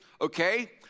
okay